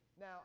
Now